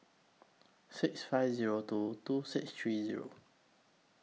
six five Zero two two six three Zero